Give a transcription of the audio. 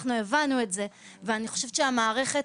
אנחנו הבנו את זה ואני חושבת שהמערכת